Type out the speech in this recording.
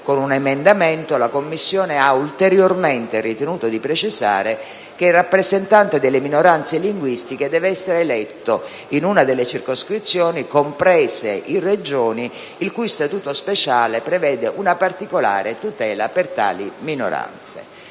Con un emendamento la Commissione ha ulteriormente ritenuto di precisare che il rappresentante delle minoranze linguistiche deve essere eletto in una delle circoscrizioni comprese in Regioni il cui statuto speciale prevede una particolare tutela per tali minoranze.